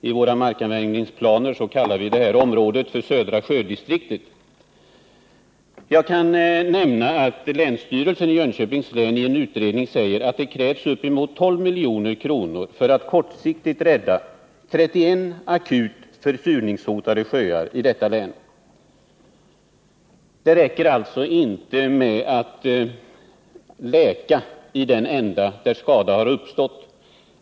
I länets markanvändningsplaner kallas detta område för södra sjödistriktet. Jag kan nämna att länsstyrelsen i Jönköpings län i en utredning sagt att det krävs uppemot 12 milj.kr. för att kortsiktigt rädda 31 akut försurningshotade sjöar i detta län. Det räcker alltså inte med att läka i den ända där skadan har uppstått.